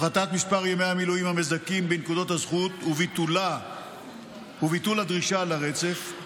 הפחתת מספר ימי המילואים המזכים בנקודות הזכות וביטול הדרישה לרצף,